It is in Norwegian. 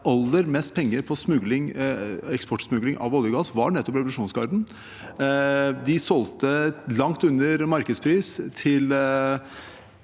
aller mest penger på eksportsmugling av olje og gass, nettopp revolusjonsgarden. De solgte for langt under markedspris til